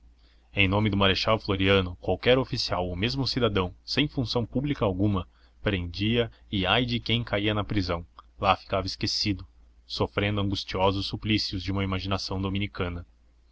em nome do marechal floriano qualquer oficial ou mesmo cidadão sem função pública alguma prendia e ai de quem caía na prisão lá ficava esquecido sofrendo angustiosos suplícios de uma imaginação dominicana